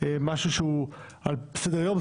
משהו שהוא על סדר-היום.